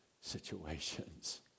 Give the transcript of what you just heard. situations